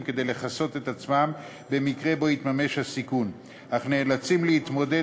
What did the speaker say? כדי לכסות את עצמם במקרה שבו יתממש הסיכון אך נאלצים להתמודד